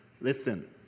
listen